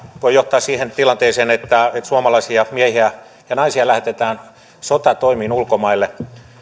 voi johtaa siihen tilanteeseen että suomalaisia miehiä ja naisia lähetetään sotatoimiin ulkomaille